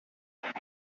and